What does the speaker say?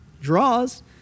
Draws